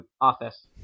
office